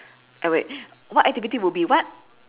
eh wait what activity would be what